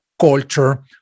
culture